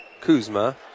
Kuzma